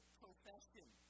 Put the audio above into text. profession